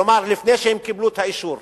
כלומר לפני שהם קיבלו את האישור.